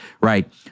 right